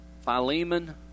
Philemon